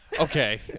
Okay